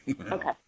Okay